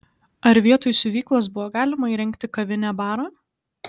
ar vietoj siuvyklos buvo galima įrengti kavinę barą